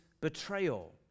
betrayal